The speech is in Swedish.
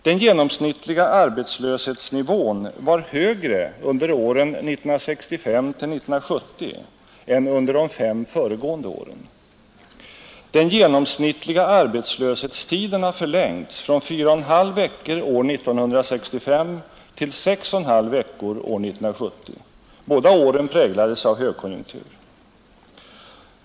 Den genomsnittliga arbetslöshetsnivån var högre under åren 1965—1970 än under de fem föregående åren. Den genomsnittliga arbetslöshetstiden har förlängts från 4,5 veckor år 1965 till 6,5 veckor är 1970. Båda åren präglades av högkonjunktur.